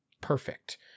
perfect